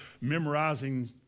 memorizing